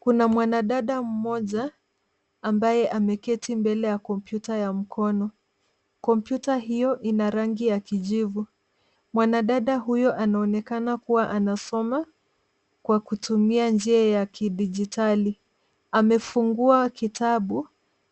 Kuna mwanadada mmoja, ambaye ameketi mbele ya kompyuta ya mkono. Kompyuta hiyo ina rangi ya kijivu. Mwanadada huyo anaonekana kuwa anasoma, kwa kutumia njia ya kidijitali. Amefungua kitabu,